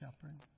Shepherd